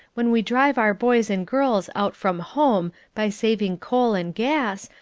when we drive our boys and girls out from home by saving coal and gas,